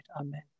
Amen